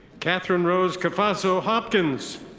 catherine rose cafazo hopkins.